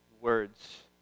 Words